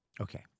Okay